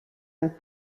and